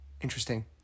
Interesting